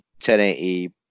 1080